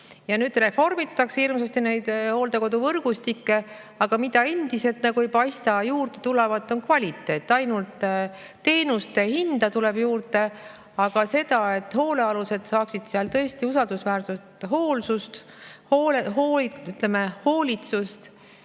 Ja nüüd reformitakse hirmsasti neid hooldekoduvõrgustikke, aga mida endiselt ei paista juurde tulevat, on kvaliteet. Ainult teenuste hinda tuleb juurde. Seda kindlustunnet, et hoolealused saavad seal tõesti usaldusväärset hooldust, hoolitsust,